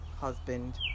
husband